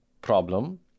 problem